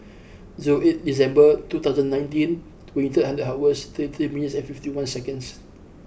zero eighy December two thousand and nineteen twenty third hundred hours thirty three minutes and fifty one seconds